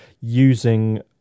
using